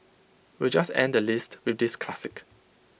we'll just end the list with this classic